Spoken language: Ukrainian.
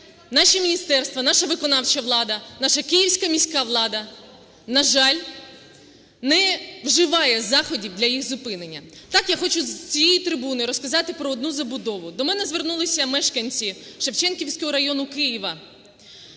наше міністерство, наша виконавча влада, наша Київська міська влада, на жаль, не вживає заходів для їх зупинення. Так я хочу з цієї трибуни розказати про одну забудову. До мене звернулись мешканці Шевченківського району Києва